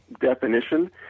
definition